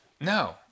No